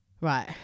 right